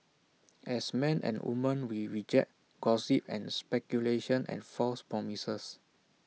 as men and women we reject gossip and speculation and false promises